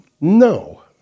No